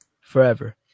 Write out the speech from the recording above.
Forever